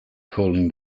calling